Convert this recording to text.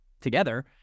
together